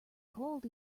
cold